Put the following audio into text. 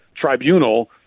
tribunal